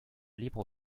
libre